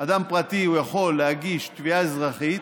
אדם פרטי יכול להגיש תביעה אזרחית,